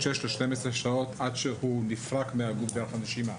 בין שש ל-12 שעות עד שהוא נפרק מהגוף דרך הנשימה.